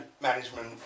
management